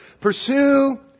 pursue